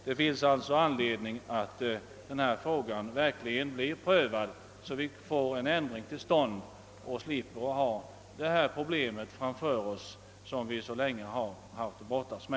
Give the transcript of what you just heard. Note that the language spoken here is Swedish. Det finns alltså anledning att se till att denna fråga verkligen blir prövad, så att vi får en ändring till stånd när det gäller detta pro blem som vi brottats med i så många år.